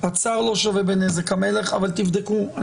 "הצר לא שווה בנזק המלך" אבל תבדקו.